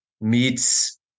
meets